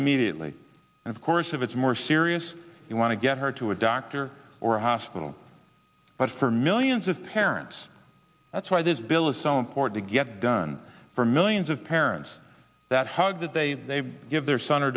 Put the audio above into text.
immediately and of course if it's more serious you want to get her to a doctor or hospital but for millions of parents that's why this bill is so important to get done for millions of parents that hug that they give their son or